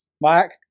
Mike